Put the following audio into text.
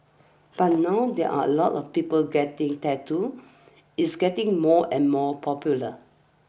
but now there are a lot of people getting tattoos it's getting more and more popular